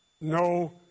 no